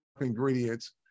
ingredients